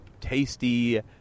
tasty